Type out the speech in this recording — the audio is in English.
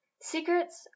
Secrets